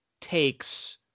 takes